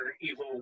evil